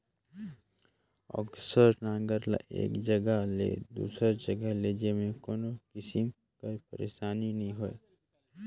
अकरस नांगर ल एक जगहा ले दूसर जगहा लेइजे मे कोनो किसिम कर पइरसानी नी होए